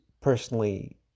personally